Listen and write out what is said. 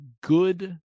good